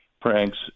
pranks